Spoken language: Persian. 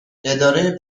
اداره